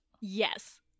Yes